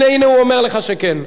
הנה, הוא אומר לך שכן.